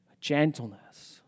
Gentleness